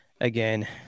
again